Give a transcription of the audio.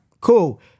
cool